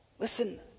Listen